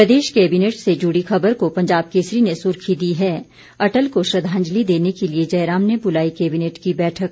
प्रदेश cabinet से जुड़ी खबर को पंजाब केसरी ने सुर्खी दी है अटल को श्रद्धांजलि देने के लिये जयराम ने बुलाई कैबिनेट की बैठक